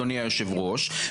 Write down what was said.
אדוני היושב ראש,